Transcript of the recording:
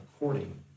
according